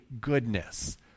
goodness